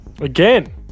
Again